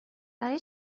برای